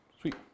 Sweet